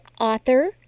author